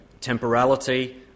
temporality